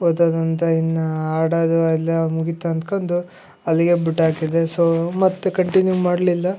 ಓದೋದು ಅಂತ ಇನ್ನ ಆಡದು ಎಲ್ಲಾ ಮುಗೀತು ಅಂದ್ಕಂಡು ಅಲ್ಲಿಗೆ ಬಿಟ್ಟಾಕಿದೆ ಸೋ ಮತ್ತೆ ಕಂಟಿನ್ಯೂ ಮಾಡಲಿಲ್ಲ